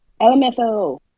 LMFO